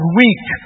weak